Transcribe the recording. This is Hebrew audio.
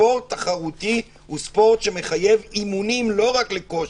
ספורט תחרותי הוא ספורט שמחייב אימונים לא רק לכושר,